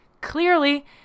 Clearly